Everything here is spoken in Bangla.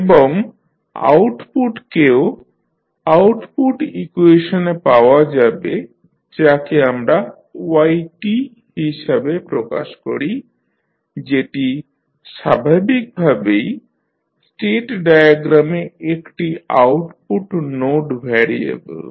এবং আউটপুটকেও আউটপুট ইকুয়েশনে পাওয়া যাবে যাকে আমরা y হিসাবে প্রকাশ করি যেটি স্বাভাবিকভাবেই স্টেট ডায়াগ্রামে একটি আউটপুট নোড ভ্যারিয়েবেল